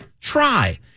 try